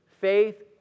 faith